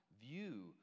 view